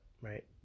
right